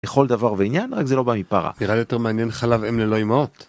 ‫לכל דבר ועניין, רק זה לא בא מפרה. ‫- נראה יותר מעניין חלב אם ללא אימהות.